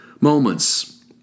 moments